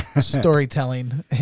Storytelling